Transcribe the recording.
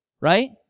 right